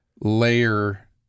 layer